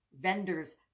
vendors